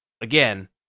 again